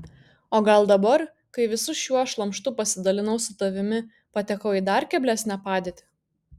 o gal dabar kai visu šiuo šlamštu pasidalinau su tavimi patekau į dar keblesnę padėtį